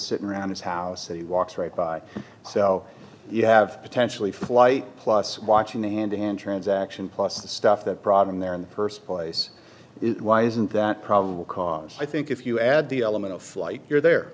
sitting around his house and he walks right by so you have potentially flight plus watching and and transaction plus the stuff that problem there in the first place it why isn't that probable cause i think if you add the element of flight here there